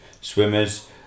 swimmers